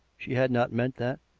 she had not meant that,